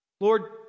Lord